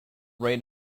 rate